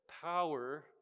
power